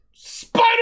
SPIDER